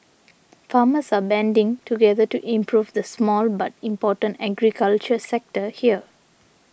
farmers are banding together to improve the small but important agriculture sector here